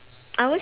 I always